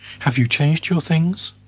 have you changed your things?